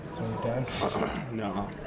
No